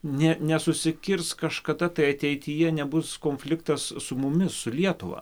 ne nesusikirs kažkada tai ateityje nebus konfliktas su mumis su lietuva